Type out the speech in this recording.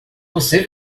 você